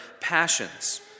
passions